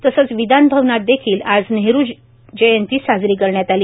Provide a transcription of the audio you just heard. तसंच विधान भवनात देखील आज नेहरू जयंती साजरी करण्यात आली